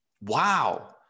wow